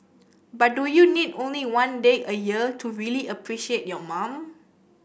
but do you need only one day a year to really appreciate your mom